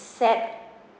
set